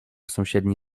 sąsiedni